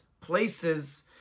places